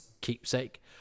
keepsake